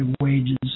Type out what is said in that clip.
wages